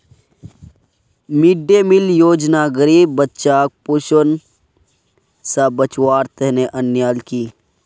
mid day meal योजना गरीब बच्चाक कुपोषण स बचव्वार तने अन्याल कि